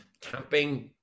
camping